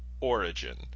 Origin